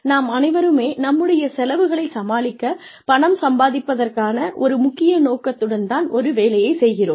நாம் அனைவருமே நம்முடைய செலவுகளைச் சமாளிக்க பணம் சம்பாதிப்பதற்கான ஒரு முக்கிய நோக்கத்துடன் தான் ஒரு வேலையைச் செய்கிறோம்